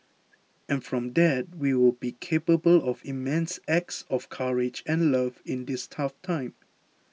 and from that we will be capable of immense acts of courage and love in this tough time